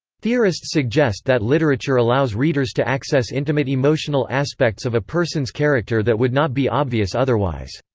theorists suggest that literature allows readers to access intimate emotional aspects of a person's character that would not be obvious otherwise.